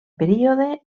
període